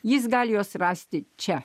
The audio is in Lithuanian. jis gali juos rasti čia